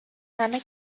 همه